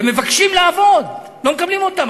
הם מבקשים לעבוד לא מקבלים אותם.